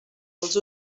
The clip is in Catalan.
els